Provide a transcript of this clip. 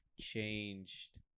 changed